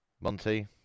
Monty